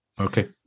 okay